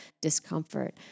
discomfort